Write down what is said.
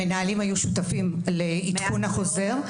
המנהלים היו שותפים לעדכון החוזר.